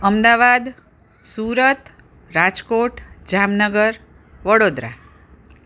Ahmedabad Surat Rajkot Jamnagar Vadodara